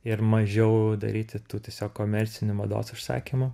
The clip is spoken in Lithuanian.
ir mažiau daryti tų tiesiog komercinių mados užsakymų